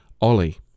ollie